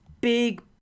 Big